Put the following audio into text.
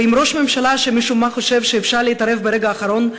ועם ראש ממשלה שמשום מה חושב שאפשר להתערב ברגע האחרון,